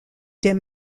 des